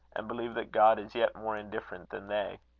and believe that god is yet more indifferent than they.